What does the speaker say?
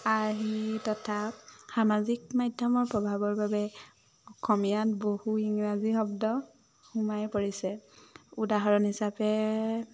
আৰ্হি তথা সামাজিক মাধ্যমৰ প্ৰভাৱৰ বাবে অসমীয়াত বহু ইংৰাজী শব্দ সোমাই পৰিছে উদাহৰণ হিচাপে